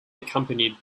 accompanied